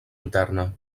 interna